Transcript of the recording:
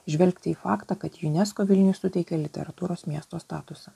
žvelgti į faktą kad unesco vilniui suteikė literatūros miesto statusą